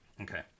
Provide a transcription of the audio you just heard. okay